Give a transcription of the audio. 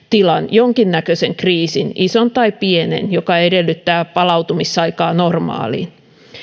jonkinnäköisen kriisin ison tai pienen joka edellyttää palautumisaikaa normaaliin